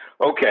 Okay